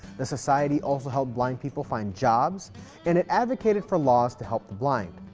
the society also help blind people find jobs and it advocated for laws to help the blind.